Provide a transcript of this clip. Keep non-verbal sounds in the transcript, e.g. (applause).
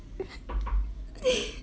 (laughs) (breath)